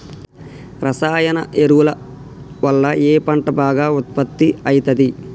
రసాయన ఎరువుల వల్ల ఏ పంట బాగా ఉత్పత్తి అయితది?